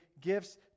gifts